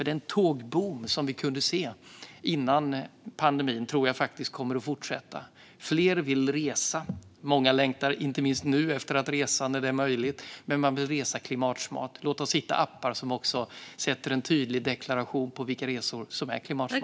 Den tågboom som vi kunde se innan pandemin tror jag kommer att fortsätta. Fler vill resa. Många längtar, inte minst nu, efter att resande blir möjligt. Men de vill resa klimatsmart. Låt oss hitta appar som sätter en tydlig deklaration på vilka resor som är klimatsmarta!